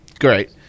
Great